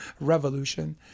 revolution